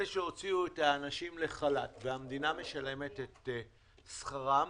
אלה שהוציאו את האנשים לחל"ת והמדינה משלמת את שכרם